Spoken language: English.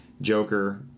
Joker